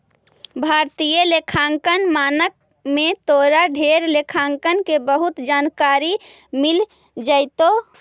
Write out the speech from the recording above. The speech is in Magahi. भारतीय लेखांकन मानक में तोरा ढेर लेखांकन के बहुत जानकारी मिल जाएतो